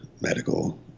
medical